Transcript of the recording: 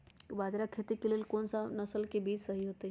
बाजरा खेती के लेल कोन सा नसल के बीज सही होतइ?